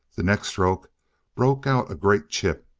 the next stroke broke out a great chip,